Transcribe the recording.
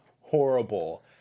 Horrible